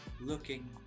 looking